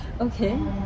Okay